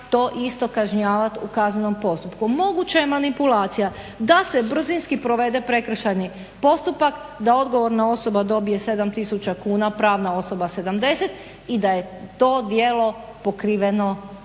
to isto kažnjavati u kaznenom postupku. Moguća je manipulacija da se brzinski provede prekršajni postupak, da odgovorna osoba dobije 7 tisuća kuna, pravna osoba 70 i da je to djelo pokriveno